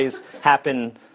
happen